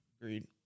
Agreed